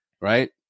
right